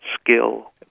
skill